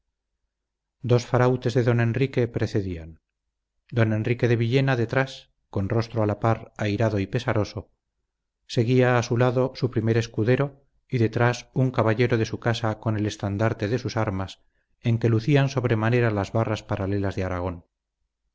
dos farautes de don enrique precedían don enrique de villena detrás con rostro a la par airado y pesaroso seguía a su lado su primer escudero y detrás un caballero de su casa con el estandarte de sus armas en que lucían sobremanera las barras paralelas de aragón